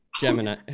Gemini